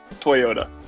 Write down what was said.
toyota